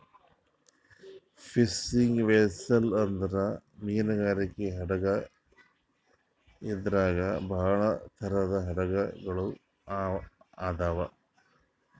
fishing vessel ಅಂದ್ರ ಮೀನ್ಗಾರಿಕೆ ಹಡಗ್ ಇದ್ರಾಗ್ ಭಾಳ್ ಥರದ್ ಹಡಗ್ ಗೊಳ್ ಅದಾವ್